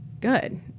good